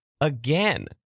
again